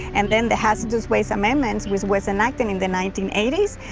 and then the hazardous waste amendments was was enacted in the nineteen eighty s.